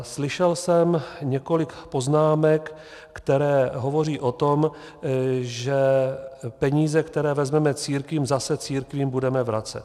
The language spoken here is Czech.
Slyšel jsem několik poznámek, které hovoří o tom, že peníze, které vezmeme církvím, zase církvím budeme vracet.